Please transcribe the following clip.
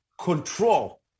control